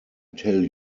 tell